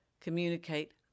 communicate